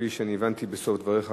וכפי שאני הבנתי בסוף דבריך,